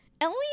Ellie